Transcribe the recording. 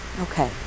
Okay